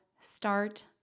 start